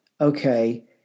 okay